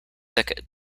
thicket